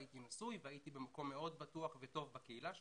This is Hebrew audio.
הייתי נשוי והייתי במקום מאוד בטוח וטוב בקהילה שלי.